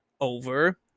over